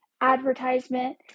advertisement